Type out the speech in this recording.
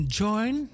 join